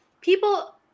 people